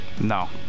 No